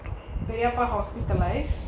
பெரியப்பா:periyappa hospitalised